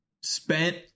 spent